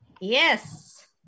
yes